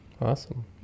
Awesome